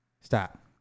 Stop